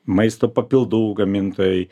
maisto papildų gamintojai